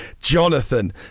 Jonathan